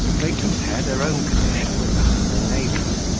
may compare their own condition with that of their neighbours,